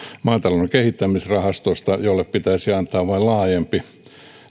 maatalouden kehittämisrahastosta jolle pitäisi vain antaa laajempi